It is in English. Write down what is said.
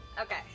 okay